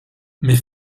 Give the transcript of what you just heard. met